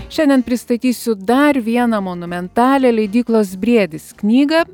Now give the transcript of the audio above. šiandien pristatysiu dar vieną monumentalią leidyklos briedis knygą